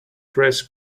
dress